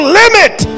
limit